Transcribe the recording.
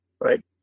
Right